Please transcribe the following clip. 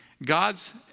God's